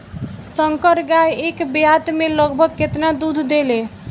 संकर गाय एक ब्यात में लगभग केतना दूध देले?